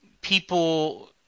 people